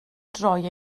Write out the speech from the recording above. droi